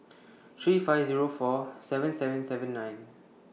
three five Zero four seven seven seven nine